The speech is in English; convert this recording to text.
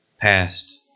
past